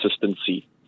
consistency